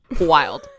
wild